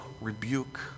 rebuke